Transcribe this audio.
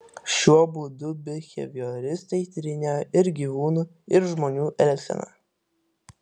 šiuo būdu bihevioristai tyrinėjo ir gyvūnų ir žmonių elgseną